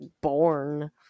born